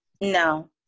no